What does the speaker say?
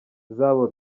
zabo